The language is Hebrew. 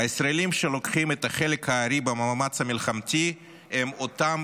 הישראלים שלוקחים את חלק הארי במאמץ המלחמתי הם אותם